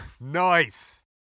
Nice